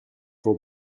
for